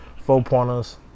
four-pointers